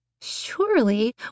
Surely